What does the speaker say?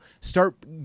start